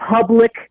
public